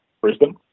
Brisbane